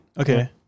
Okay